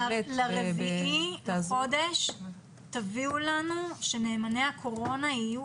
ב-4 באוקטובר תביאו לנו שנאמני הקורונה יהיו